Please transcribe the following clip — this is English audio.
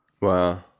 Wow